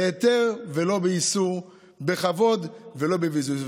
בהיתר ולא באיסור, בכבוד ולא בביזוי.